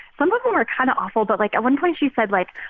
some of them are kind of awful. but, like, at one place, she said, like,